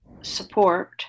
support